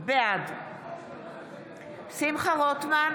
בעד שמחה רוטמן,